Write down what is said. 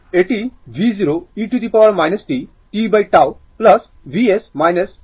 এটি v0 e t tτ Vs Vs e t tτ